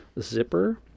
zipper